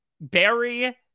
Barry